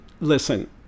Listen